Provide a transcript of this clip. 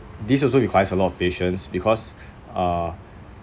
this also requires a lot of patience because uh